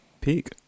peak